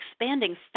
expanding